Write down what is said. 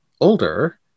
older